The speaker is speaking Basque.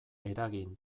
eragin